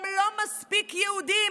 הם לא מספיק יהודים,